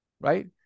right